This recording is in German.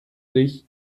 sich